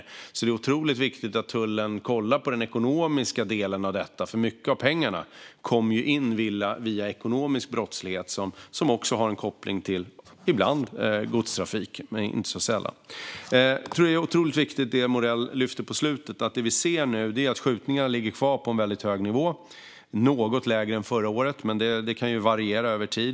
Det är därför otroligt viktigt att tullen kollar på den ekonomiska delen av detta, för mycket av pengarna kommer in via ekonomisk brottslighet som inte så sällan också har en koppling till godstrafik. Jag tror att det som Morell lyfter fram på slutet är otroligt viktigt, att det som vi nu ser är att skjutningarna ligger kvar på en väldigt hög nivå. Den är något lägre än förra året, men det kan variera över tid.